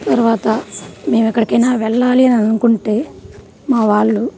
తర్వాత మేము ఎక్కడికైనా వెళ్ళాలి అని అనుకుంటే మా వాళ్ళు